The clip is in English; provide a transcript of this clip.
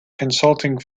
consulting